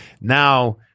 now –